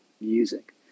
music